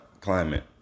climate